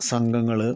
സംഘങ്ങള്